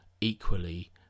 equally